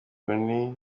bonny